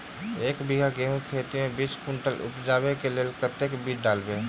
एक बीघा गेंहूँ खेती मे बीस कुनटल उपजाबै केँ लेल कतेक बीज डालबै?